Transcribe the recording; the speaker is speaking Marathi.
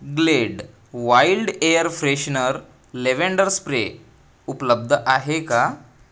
blade wild air freshener lavender spray उपलब्ध आहे का